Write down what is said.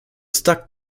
stuck